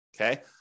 okay